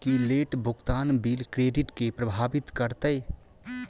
की late भुगतान bill credit केँ प्रभावित करतै?